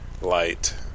light